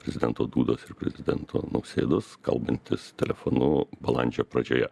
prezidento dudos ir prezidento nausėdos kalbantis telefonu balandžio pradžioje